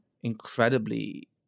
incredibly